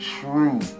true